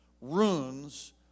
ruins